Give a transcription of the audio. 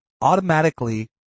Automatically